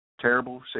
terrible